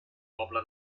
poble